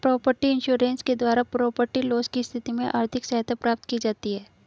property insurance के द्वारा property loss की स्थिति में आर्थिक सहायता प्राप्त की जाती है